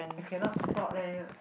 I cannot spot leh